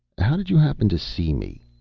how did you happen to see me?